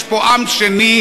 יש פה עם שני,